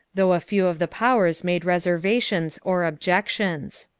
though a few of the powers made reservations or objections.